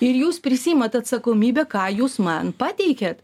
ir jūs prisiimat atsakomybę ką jūs man pateikėt